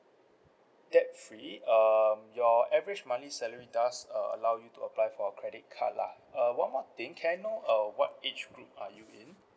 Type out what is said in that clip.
debt free um your average monthly salary does uh allow you to apply for a credit card lah uh one more thing can I know uh what age group are you in